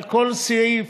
על כל סעיף.